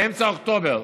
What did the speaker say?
באמצע אוקטובר.